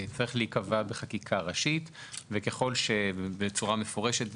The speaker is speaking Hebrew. צריך להיקבע בחקיקה ראשית בצורה מפורשת וברורה.